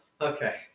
Okay